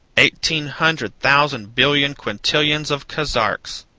eighteen hundred thousand billion quintillions of kazarks.